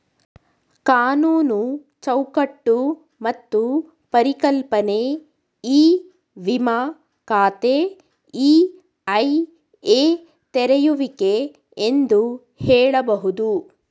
ಕಾನೂನು ಚೌಕಟ್ಟು ಮತ್ತು ಪರಿಕಲ್ಪನೆ ಇ ವಿಮ ಖಾತೆ ಇ.ಐ.ಎ ತೆರೆಯುವಿಕೆ ಎಂದು ಹೇಳಬಹುದು